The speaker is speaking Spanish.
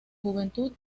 juventud